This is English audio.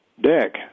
Deck